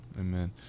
Amen